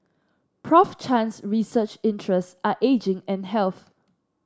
Prof Chan's research interests are ageing and health